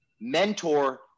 mentor